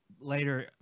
later